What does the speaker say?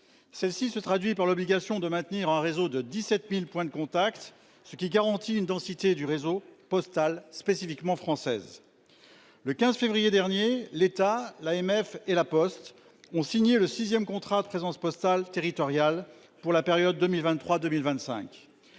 Celle-ci se traduit par l'obligation de maintenir un réseau de 17.000 points de contact, ce qui garantit une densité du réseau postal spécifiquement française. Le 15 février dernier, l'État l'AMF et la Poste ont signé le 6ème contrat de présence postale territoriale pour la période 2023 2025.